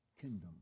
kingdom